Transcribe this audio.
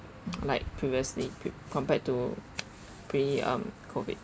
like previously pre~ compared to pre um COVID